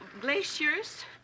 glaciers